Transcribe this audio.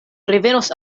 revenos